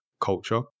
culture